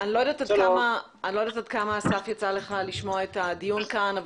אני לא יודעת עד כמה יצא לך לשמוע את הדיון כאן.